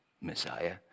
Messiah